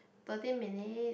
thirteen minute